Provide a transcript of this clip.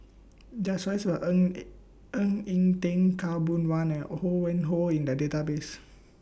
There Are stories about Ng Ng Eng Teng Khaw Boon Wan and Ho Yuen Hoe in The Database